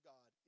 God